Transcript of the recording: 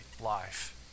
life